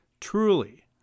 Truly